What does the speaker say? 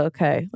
Okay